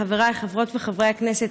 חבריי חברות וחברי הכנסת,